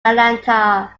atlanta